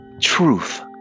Truth